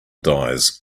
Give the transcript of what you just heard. dies